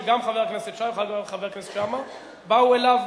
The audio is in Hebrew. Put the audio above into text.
שגם חבר הכנסת שי וגם חבר הכנסת שאמה באו אליו,